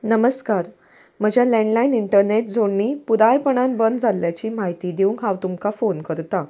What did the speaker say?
नमस्कार म्हज्या landline internet जोडणी पुरायपणान बंद जाल्ल्याची म्हायती दिवंक हांव तुमकां फोन करतां